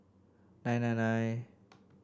nine nine nine